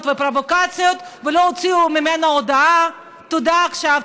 ופרובוקציות ולא יוציאו ממנו הודאה: תודה עכשיו,